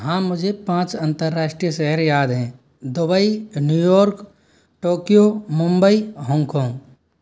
हाँ मुझे पाँच अन्तर्राष्ट्रीय शहर याद है Dubai New York Tokyo Mumbai Hong Kong